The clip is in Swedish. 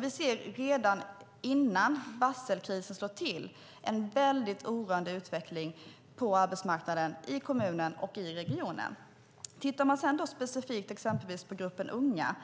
Vi ser redan innan varselkrisen slår till en väldigt oroande utveckling på arbetsmarknaden i kommunen och i regionen. Tittar man sedan specifikt på exempelvis gruppen unga